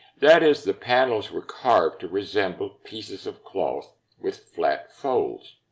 that is, the panels were carved to resemble pieces of cloth with flat folds.